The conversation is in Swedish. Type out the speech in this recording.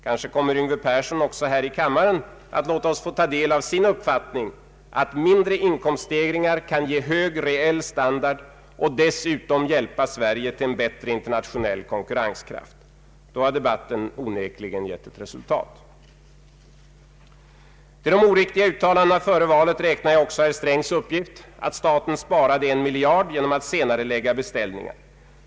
Kanske kommer Yngve Persson också här i kammaren att låta oss få ta del av sin uppfattning att mindre inkomststegringar kan ge hög reell standard och dessutom hjälpa Sverige till en bättre internationell konkurrenskraft. Då har debatten onekligen gett resultat. Till de oriktiga uttalandena före valet räknar jag också herr Strängs uppgift att staten sparade 1 miljard genom att senarelägga beställningar.